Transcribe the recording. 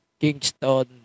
Kingston